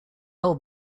old